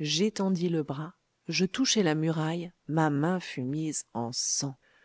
j'étendis le bras je touchai la muraille ma main fut mise en sang